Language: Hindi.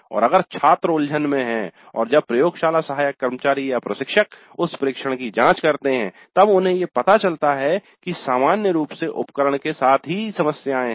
और अगर छात्र उलझन में है और जब प्रयोगशाला सहायक कर्मचारी या प्रशिक्षक उस प्रेक्षण डेटा की जांच करते हैं - तब उन्हें ये पता चलता है कि सामान्य रूप से उपकरण के साथ ही समस्याएं हैं